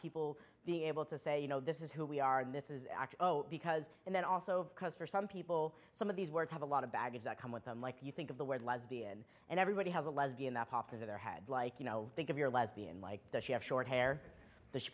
people being able to say you know this is who we are and this is because and then also because for some people some of these words have a lot of baggage that come with them like you think of the word lesbian and everybody has a lesbian that pops into their head like you know think of your lesbian like does she have short hair the she